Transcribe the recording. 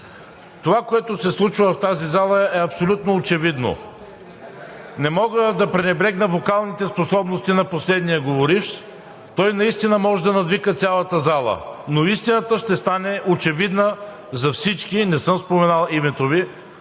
Това, което се случва в тази зала, е абсолютно очевидно. Не мога да пренебрегна вокалните способности на последния говоривш – той наистина може да надвика цялата зала. Но истината ще стане очевидна за всички. Не съм споменал името Ви